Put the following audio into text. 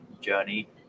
journey